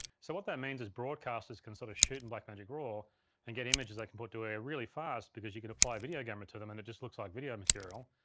so what that means is broadcasters can sort of shoot in blackmagic raw and get images they can put to air really fast because you could apply video gamma to them and it just looks like video material.